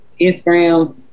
Instagram